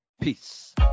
Peace